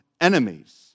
enemies